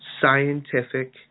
scientific